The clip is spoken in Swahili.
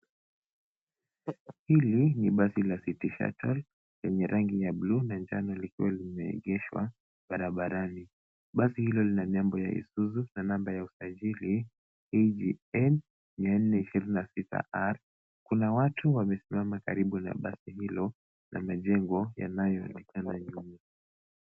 Hili ni basi la City Shuttle yenye rangi ya bluu na njano likiwa limeegeshwa barabarani. Basi hilo lina nembo ya Isuzu na namba ya usajili KDN 426A. Kuna watu wamesimama karibu na basi hilo na mijengo yanayoonekana nyuma.